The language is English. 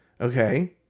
Okay